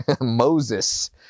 Moses